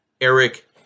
Eric